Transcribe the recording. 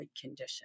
condition